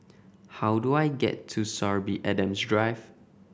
how do I get to Sorby Adams Drive